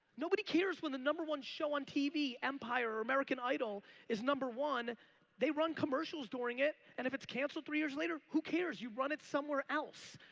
nobody cares when the number one show on tv empire or american idol is number one they run commercials during it and if it's canceled three years later who cares you run it somewhere else.